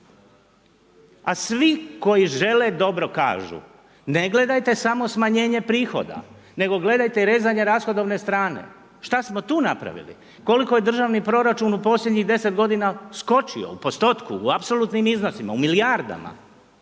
A svi koji žele dobro kažu, ne gledajte samo smanjenje prihoda, nego gledajte i rezanje rashodovne strane, šta smo tu napravili, koliko je državni proračun u posljednjih 10 godina skočio u postotku, u apsolutnim iznosima? U milijardama.